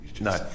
No